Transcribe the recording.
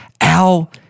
Al